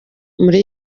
muri